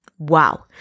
Wow